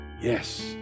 Yes